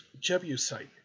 jebusite